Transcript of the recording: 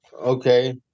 Okay